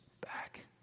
back